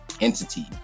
entity